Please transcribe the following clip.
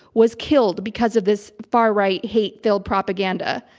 was killed because of this far-right hate-filled propaganda.